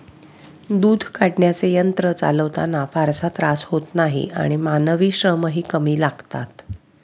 दूध काढण्याचे यंत्र चालवताना फारसा त्रास होत नाही आणि मानवी श्रमही कमी लागतात